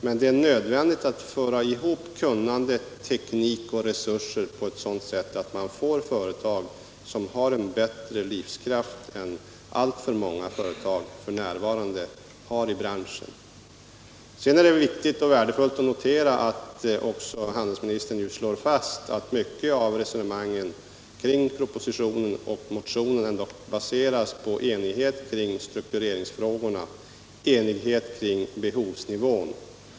Men det är nödvändigt att föra ihop kunnande, teknik och resurser på ett sådant sätt att man får företag som har en bättre livskraft än alltför många företag i branschen f.n. har. Sedan är det viktigt och värdefullt att notera att handelsministern nu slår fast att mycket av resonemangen kring propositionen och motionen baseras på enighet i struktureringsfrågorna och när det gäller behovsnivån.